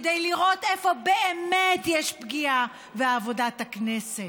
כדי לראות איפה באמת יש פגיעה בעבודת הכנסת.